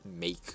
make